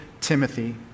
Timothy